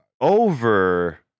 over